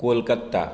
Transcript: Kolkata